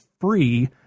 free